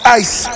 ice